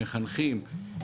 מחנכים,